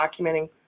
documenting